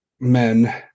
men